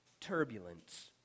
turbulence